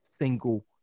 single